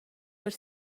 per